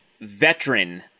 veteran